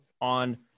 on